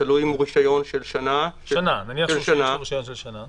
תלוי אם זה רישיון של שנה --- נניח שיש לו רישיון של שנה.